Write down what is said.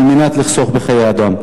על מנת לחסוך בחיי אדם.